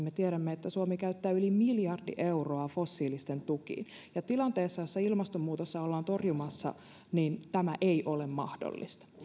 me tiedämme että suomi käyttää yli miljardi euroa fossiilisten tukiin ja tilanteessa jossa ilmastonmuutosta ollaan torjumassa tämä ei ole mahdollista